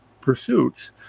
pursuits